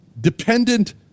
dependent